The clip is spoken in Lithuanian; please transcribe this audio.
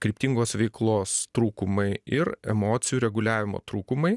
kryptingos veiklos trūkumai ir emocijų reguliavimo trūkumai